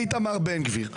זה איתמר בן גביר.